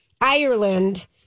Ireland